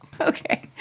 Okay